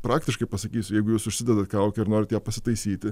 praktiškai pasakysiu jeigu jūs užsidedat kaukę ir norit ją pasitaisyti